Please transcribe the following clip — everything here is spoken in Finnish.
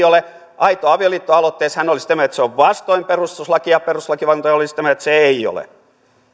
ole aito avioliitto aloitteessa hän oli sitä mieltä että se on vastoin perustuslakia perustuslakivaliokunta oli sitä mieltä että se ei ole